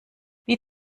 wie